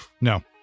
No